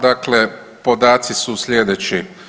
Dakle, podaci su sljedeći.